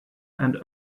and